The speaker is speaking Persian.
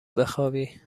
بخوابی